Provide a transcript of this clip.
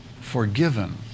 forgiven